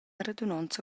radunonza